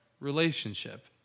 relationship